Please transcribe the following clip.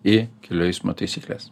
į kelių eismo taisykles